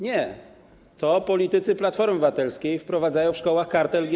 Nie, to politycy Platformy Obywatelskiej wprowadzają w szkołach kartę LGBT.